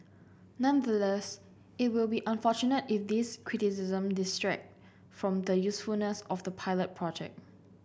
nonetheless it will be unfortunate if these criticism detract from the usefulness of the pilot project